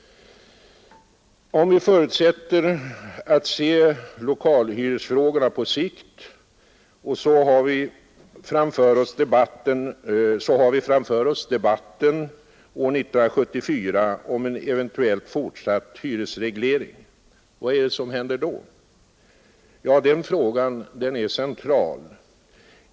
Om vi fortsätter att se lokalhyresfrågorna på sikt, så har vi framför oss debatten år 1974 om en eventuell fortsatt hyresreglering. Vad är det som händer då? Ja, den frågan är central.